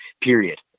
period